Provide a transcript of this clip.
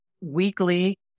weekly